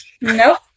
Nope